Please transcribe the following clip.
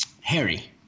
Harry